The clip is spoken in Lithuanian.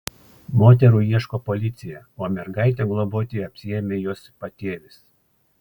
moterų ieško policija o mergaitę globoti apsiėmė jos patėvis